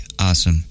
awesome